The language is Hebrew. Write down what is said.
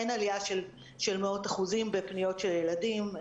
אין עלייה של מאות אחוזים בפניות של ילדים.